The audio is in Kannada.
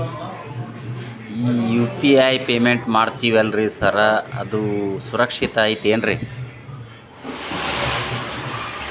ಈ ಯು.ಪಿ.ಐ ಪೇಮೆಂಟ್ ಮಾಡ್ತೇವಿ ಅಲ್ರಿ ಸಾರ್ ಅದು ಸುರಕ್ಷಿತ್ ಐತ್ ಏನ್ರಿ?